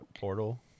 Portal